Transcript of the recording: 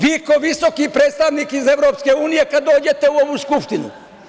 Vi kao visoki predstavnik iz EU kad dođete u ovu Skupštinu.